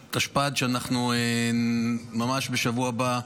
שאנחנו נציין ממש בשבוע הבא,